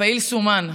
הפעיל סומן.